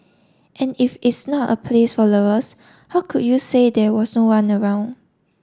and if it's not a place for lovers how could you say there was no one around